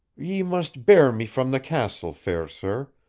ye must bear me from the castle, fair sir,